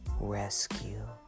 rescue